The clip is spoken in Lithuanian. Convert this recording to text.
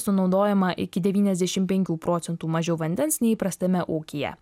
sunaudojama iki devyniasdešim penkių procentų mažiau vandens nei įprastame ūkyje